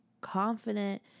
confident